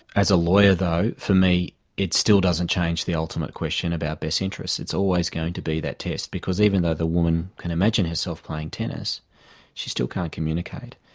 as a lawyer, though, for me it still doesn't change the ultimate question about the best interests, it's always going to be that test, because even though the woman can imagine herself playing tennis she still can't communicate.